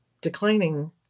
declining